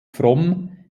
fromm